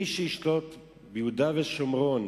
מי שישלוט ביהודה ושומרון